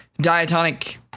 diatonic